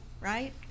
right